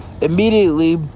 immediately